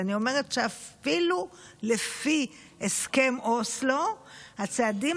אבל אני אומרת שאפילו לפי הסכם אוסלו הצעדים